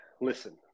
listen